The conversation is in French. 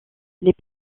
les